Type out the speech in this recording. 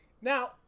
Now